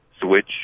switch